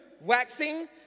waxing